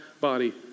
body